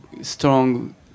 strong